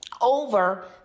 over